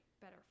better